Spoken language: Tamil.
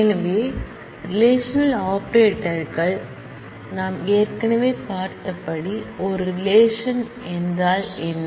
எனவே ரெலேஷனல் ஆபரேட்டர்கள் எனவே நாம் ஏற்கனவே பார்த்தபடி ஒரு ரிலேஷன் என்ன